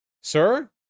Sir